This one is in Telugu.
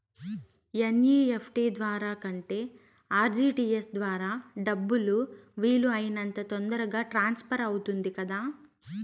ఎన్.ఇ.ఎఫ్.టి ద్వారా కంటే ఆర్.టి.జి.ఎస్ ద్వారా డబ్బు వీలు అయినంత తొందరగా ట్రాన్స్ఫర్ అవుతుంది కదా